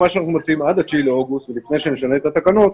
מה שאנחנו מציעים עד ה-9 באוגוסט ולפני שנשנה את התקנות,